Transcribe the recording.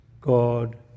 God